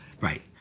Right